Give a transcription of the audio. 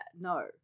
no